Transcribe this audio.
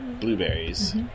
blueberries